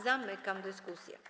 Zamykam dyskusję.